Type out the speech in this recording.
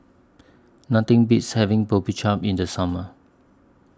Nothing Beats having Boribap in The Summer